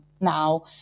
now